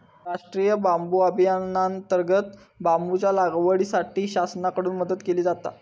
राष्टीय बांबू अभियानांतर्गत बांबूच्या लागवडीसाठी शासनाकडून मदत केली जाता